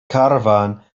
caravan